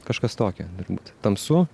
kažkas tokio turbūt tamsu